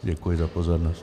Děkuji za pozornost.